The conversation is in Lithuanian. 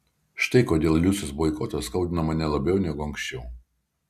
štai kodėl liusės boikotas skaudina mane labiau negu anksčiau